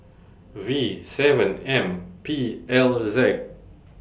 V seven M P L Z